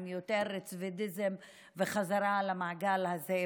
עם יותר רצידיביזם וחזרה למעגל הזה.